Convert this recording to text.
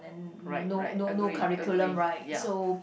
right right agree agree ya